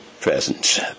presence